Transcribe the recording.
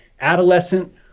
adolescent